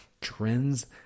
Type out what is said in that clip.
trends